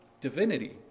divinity